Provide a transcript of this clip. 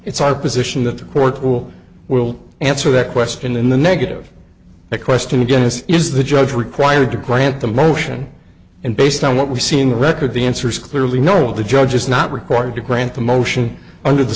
it's our position that the court will will answer that question in the negative the question again is is the judge required to grant the motion and based on what we've seen record the answer is clearly no the judge is not required to grant the motion under the